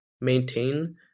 maintain